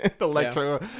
Electro